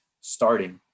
starting